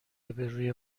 روی